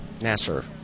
Nasser